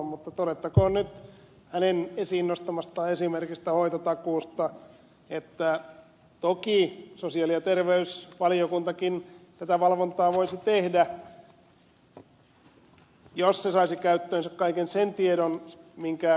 mutta todettakoon nyt hänen esiin nostamastaan esimerkistä hoitotakuusta että toki sosiaali ja terveysvaliokuntakin tätä valvontaa voisi tehdä jos se saisi käyttöönsä kaiken sen tiedon mikä kuten ed